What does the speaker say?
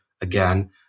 Again